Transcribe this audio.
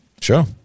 sure